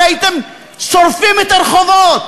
הרי הייתם שורפים את הרחובות.